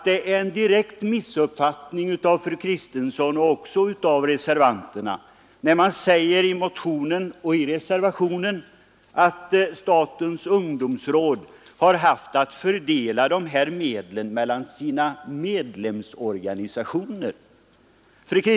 Det är en direkt missuppfattning av fru Kristensson och reservanterna ungdomsråd har haft att fördela dessa medel mellan sina medlemsorganisationer.